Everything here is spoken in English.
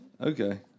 Okay